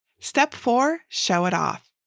step four, show it off.